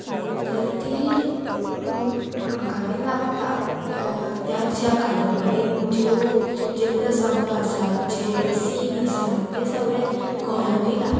न्हू तर ती आमकां बीन लागता त्या त्या ज्या कादंबरीन ज्यो जे प्रसंग आसात जे सीन आसात ते सगळे गोंयानूय लागतात